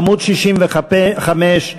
עמוד 65,